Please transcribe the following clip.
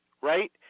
right